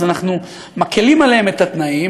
אז אנחנו מקלים מעליהם את התנאים,